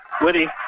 Woody